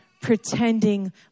Pretending